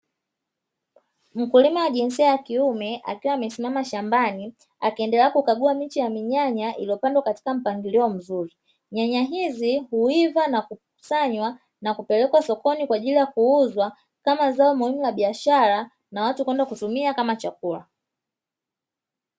Mkulima wa jinsia ya kiume akiwa amesimama shambani akiendelea kukagua miche ya nyanya iliyopandwa katika mpangilio mzuri, nyanya hizi huiva na na kukusanywa na kupelekwa sokoni kuuzwa kama zao la biashara na watu kwenda kutumia kama chakula.